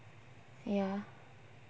ya